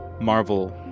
Marvel